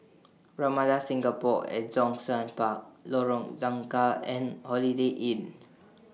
Ramada Singapore At Zhongshan Park Lorong Nangka and Holiday Inn